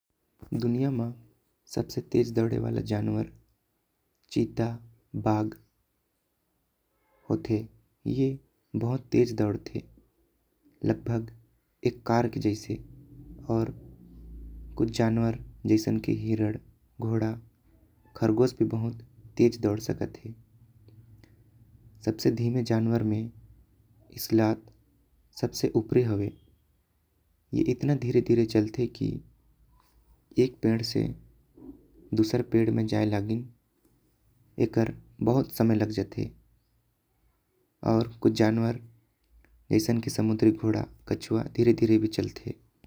दुनिया म सबसे तेज दौड़े वाला जानवर चिता बाग होते। ए बहुत तेज दौड़ते लगभग एक कार के जैसे और कुछ जानवर जैसन ले। हिरण घोड़ा खरगोश भी बहुत तेज दौड़ सकत हे। सबसे धीमे जानवर में स्लॉट सबसे ऊपरी हैवे ए इतना धीरे धीरे चलते। की एक पेड़ से दुसर पेड़ म जाय लगिन एकर बहुत समय लग जाते। और कुछ जानवर जैसन की समुद्री घोड़ा कछुआ धीरे धीरे भी चलते।